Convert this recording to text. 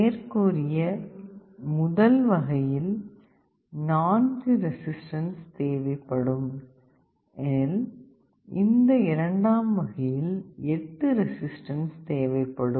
மேற்கூறிய முதல் வகையில் நான்கு ரெசிஸ்டன்ஸ் தேவைப்படும் எனில் இந்த இரண்டாம் வகையில் எட்டு ரெசிஸ்டன்ஸ் தேவைப்படும்